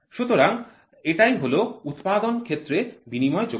সুতরাং এটাই হল উৎপাদন ক্ষেত্রে বিনিময়যোগ্যতা